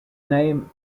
name